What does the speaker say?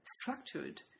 structured